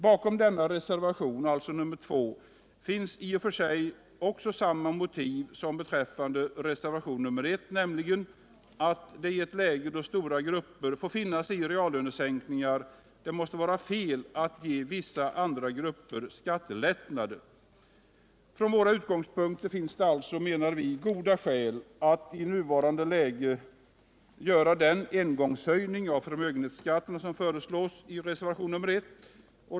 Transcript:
Bakom reservation 2 finns samma motiv som beträffande reservation 1, nämligen att det i läge där stora grupper får finna sig i reallönesänkningar måste vara fel att ge vissa andra grupper skattelättnader. Från våra utgångspunkter finns det alltså goda skäl att i nuvarande läge göra den engångshöjnng av förmögenhetsskatten som föreslås i reservation I.